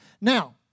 Now